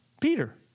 Peter